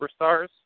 superstars